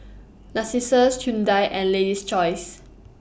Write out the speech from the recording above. Narcissus Hyundai and Lady's Choice